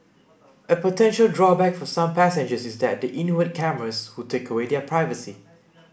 a potential drawback for some passengers is that the inward cameras would take away their privacy